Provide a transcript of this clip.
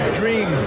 dream